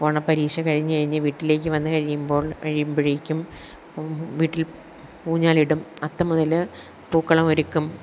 ഓണ പരീക്ഷ കഴിഞ്ഞുകഴിഞ്ഞ് വീട്ടിലേക്കു വന്നു കഴിയുമ്പോൾ കഴിയുമ്പഴേക്കും വീട്ടിൽ ഊഞ്ഞാലിടും അത്തം മുതല് പൂക്കളമൊരുക്കും